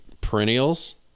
perennials